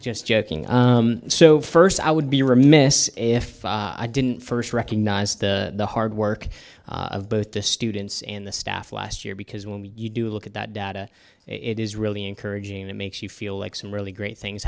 just joking so first i would be remiss if i didn't first recognize the hard work of both the students and the staff last year because when you do look at that data it is really encouraging and it makes you feel like some really great things